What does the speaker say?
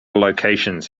locations